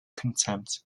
contempt